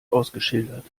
ausgeschildert